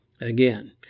Again